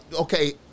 Okay